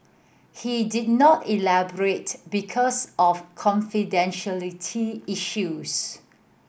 he did not elaborate because of confidentiality issues